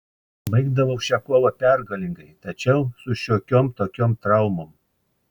baigdavau šią kovą pergalingai tačiau su šiokiom tokiom traumom